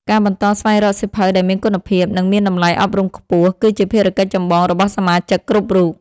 ការបន្តស្វែងរកសៀវភៅដែលមានគុណភាព និងមានតម្លៃអប់រំខ្ពស់ គឺជាភារកិច្ចចម្បងរបស់សមាជិកគ្រប់រូប។